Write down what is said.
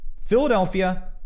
Philadelphia